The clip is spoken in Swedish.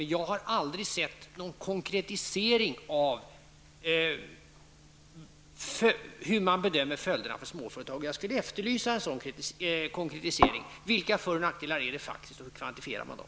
Men jag har aldrig sett någon konkretisering av hur man bedömer följderna för småföretag. Jag efterlyser en sådan konkretisering. Vilka för och nackdelar är det faktiskt, och hur kvantifierar man dem?